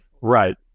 right